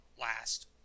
last